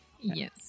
Yes